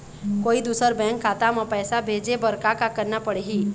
कोई दूसर बैंक खाता म पैसा भेजे बर का का करना पड़ही?